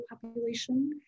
population